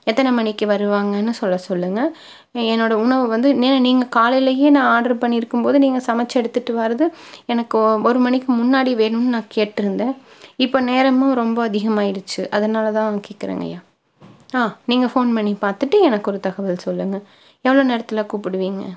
எத்தனை மணிக்கு வருவாங்கனு சொல்ல சொல்லுங்க என்னோடய உணவு வந்து நே நீங்கள் காலையிலேயே நான் ஆடரு பண்ணியிருக்கும்போது நீங்கள் சமைச்சு எடுத்துட்டு வரது எனக்கு ஓ ஒரு மணிக்கு முன்னாடி வேணும்னு நான் கேட்டுருந்தேன் இப்போ நேரமும் ரொம்ப அதிகமாயிடுச்சு அதனால் தான் கேட்குறேங்கய்யா ஆ நீங்கள் ஃபோன் பண்ணிப் பார்த்துட்டு எனக்கொரு தகவல் சொல்லுங்க எவ்வளோ நேரத்தில் கூப்பிடுவீங்க